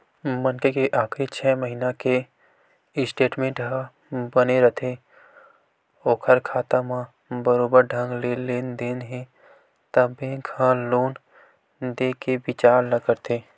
मनखे के आखरी छै महिना के स्टेटमेंट ह बने रथे ओखर खाता म बरोबर ढंग ले लेन देन हे त बेंक ह लोन देय के बिचार ल करथे